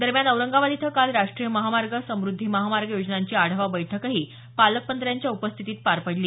दरम्यान औरंगाबाद इथं काल राष्ट्रीय महामार्ग समृद्धी महामार्ग योजनांची आढावा बैठकही पालकमंत्र्यांच्या उपस्थितीत पार पडली